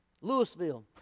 Louisville